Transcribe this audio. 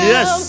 Yes